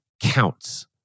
counts